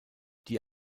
die